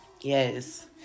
Yes